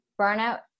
burnout